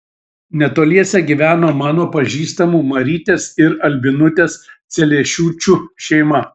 netoliese gyveno mano pažįstamų marytės ir albinutės celiešiūčių šeima